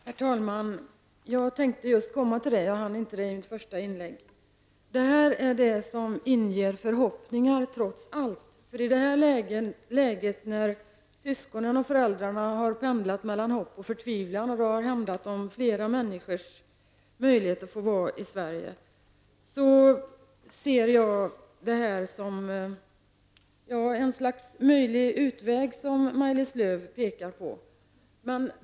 Herr talman! Jag tänkte just komma till, vilket jag inte hann i mitt första inlägg, att det här är saker som inger förhoppningar trots allt. Syskonen och föräldrarna har pendlat mellan hopp och förtvivlan, och det har handlat om flera människors möjlighet att få vara i Sverige. Jag ser detta som en möjlig utväg, vilket Maj-Lis Lööw pekar på.